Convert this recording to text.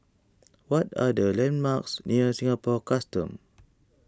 what are the landmarks near Singapore Customs